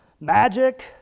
magic